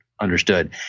understood